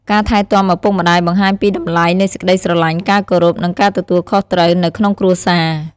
ការថែទាំឪពុកម្ដាយបង្ហាញពីតម្លៃនៃសេចក្ដីស្រឡាញ់ ការគោរព និងការទទួលខុសត្រូវនៅក្នុងគ្រួសារ។